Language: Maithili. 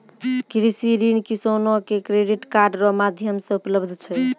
कृषि ऋण किसानो के क्रेडिट कार्ड रो माध्यम से उपलब्ध छै